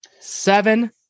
seven